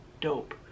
dope